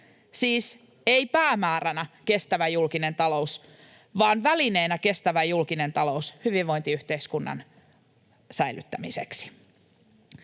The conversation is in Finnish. siis ei päämääränä kestävä julkinen talous vaan välineenä kestävä julkinen talous hyvinvointiyhteiskunnan säilyttämiseksi.